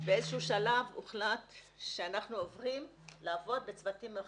באיזשהו שלב הוחלט שאנחנו עוברים לעבוד בצוותים מרחביים,